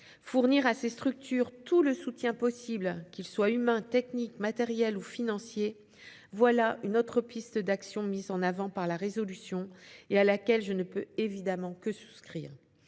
Fournir à ces structures tout le soutien possible, qu'il soit humain, technique, matériel ou financier, voilà une autre piste d'action mise en avant par la résolution. Je ne peux évidemment qu'y souscrire.